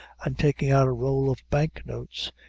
and, taking out a roll of bank notes,